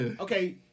Okay